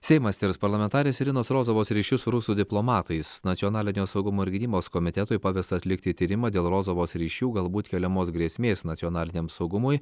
seimas tirs parlamentarės irinos rozovos ryšius su rusų diplomatais nacionalinio saugumo ir gynybos komitetui pavesta atlikti tyrimą dėl rozovos ryšių galbūt keliamos grėsmės nacionaliniam saugumui